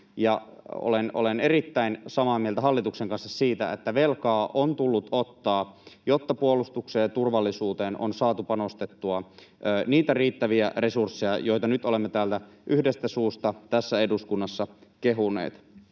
olen erittäin samaa mieltä hallituksen kanssa siitä, että velkaa on tullut ottaa, jotta puolustukseen ja turvallisuuteen on saatu panostettua niitä riittäviä resursseja, joita nyt olemme täällä yhdestä suusta tässä eduskunnassa kehuneet.